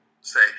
say